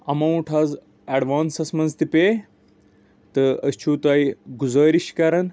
amount حظ advances منٛز تہِ پے تہٕ أسۍ چھِو تۄہہ گُزٲرِش کران